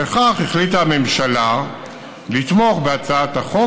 לפיכך החליטה הממשלה לתמוך בהצעת החוק